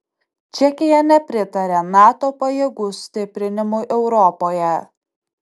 čekija nepritaria nato pajėgų stiprinimui europoje